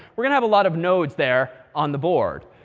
we're going have a lot of nodes there on the board.